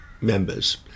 members